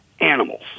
animals